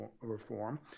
Reform